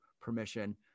permission